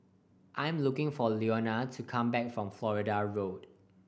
I'm looking for Leonia to come back from Florida Road